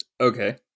Okay